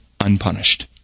unpunished